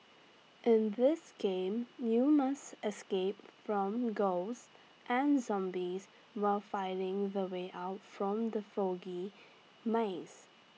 in this game you must escape from ghosts and zombies while finding the way out from the foggy maze